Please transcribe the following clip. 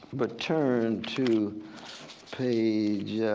but turn to page.